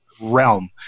realm